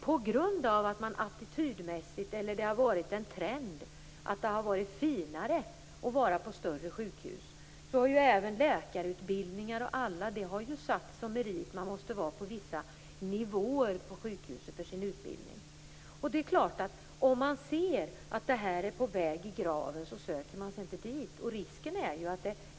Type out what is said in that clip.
På grund av trenden att det har varit finare att vara på större sjukhus, har det även inom läkarutbildningen satts som en merit att vara på vissa nivåer på sjukhusen för sin utbildning. Om ett visst sjukhus är på väg in i graven söker man sig inte dit.